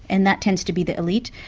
and that tends to be the elite,